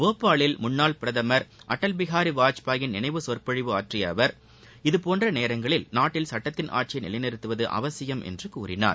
போபாலில் முன்னாள் பிரதமர் அடல் பிகாரி வாஜ்பாயின் நினைவு சொற்பொழிவு ஆற்றிய அவர் இதுபோன்ற நேரங்களில் நாட்டில் சட்டத்தின் ஆட்சியை நிலைநிறுத்துவது அவசியம் என்று கூறினார்